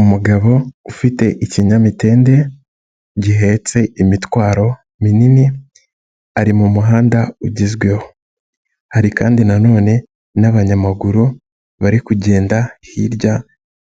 Umugabo ufite ikinyamitende gihetse imitwaro minini ari mu muhanda ugezweho, hari kandi na none n'abanyamaguru bari kugenda hirya